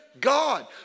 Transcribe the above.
God